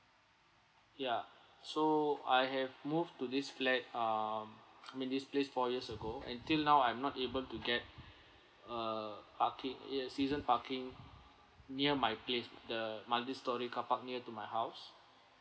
ya so I have moved to this flat um I mean this place four years ago and till now I'm not able to get a parking it a season parking near my place the multi storey car park near to my house